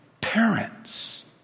Parents